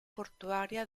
portuaria